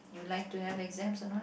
you like to have exam or not